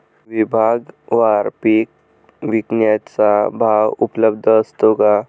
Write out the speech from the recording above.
विभागवार पीक विकण्याचा भाव उपलब्ध असतो का?